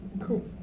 cool